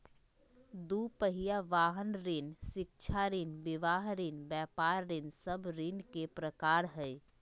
दू पहिया वाहन ऋण, शिक्षा ऋण, विवाह ऋण, व्यापार ऋण सब ऋण के प्रकार हइ